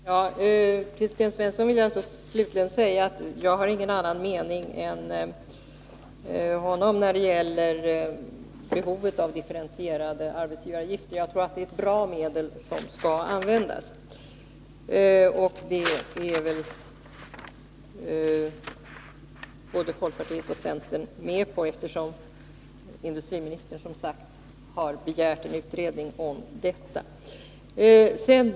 Herr talman! Till Sten Svensson vill jag slutligen säga att jag inte har någon 11 november 1981 2nnan mening än han om behovet av differentierade arbetsgivaravgifter. Jag tror att det är ett bra medel, som skall användas. Det håller väl både folkpartiet och centern med om, eftersom industriministern begärt en utredning om det.